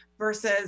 versus